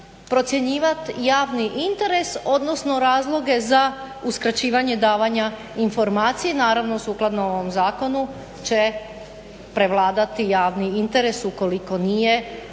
procjenjivat javni interes, odnosno razloge za uskraćivanje davanja informacije, naravno sukladno ovom zakonu će prevladati javni interes ukoliko nije,